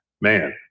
man